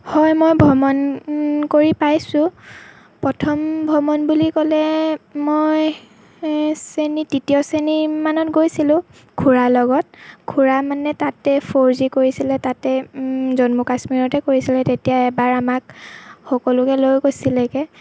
হয় ভ্ৰমণ কৰি পাইছোঁ প্ৰথম ভ্ৰমণ বুলি ক'লে মই শ্ৰেণী তৃতীয় শ্ৰেণী মানত গৈছিলোঁ খুৰাৰ লগত খুৰা মানে তাতে ফৌজি কৰিছিলে তাতে জন্মু কাশ্মীৰতে কৰিছিলে তেতিয়া এবাৰ আমাক সকলোকে লৈ গৈছিলে